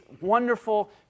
wonderful